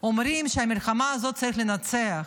אומרים שאת המלחמה הזו צריך לנצח.